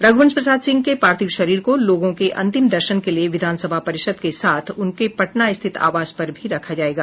रघुवंश प्रसाद सिंह के पार्थिव शरीर को लोगों के अंतिम दर्शन के लिये विधान सभा परिसर के साथ उनके पटना स्थित आवास पर भी रखा जायेगा